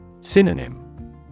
Synonym